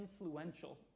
influential